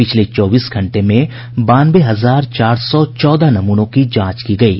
पिछले चौबीस घंटे में बानवे हजार चार सौ चौदह नमूनों की जांच की गयी